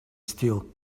still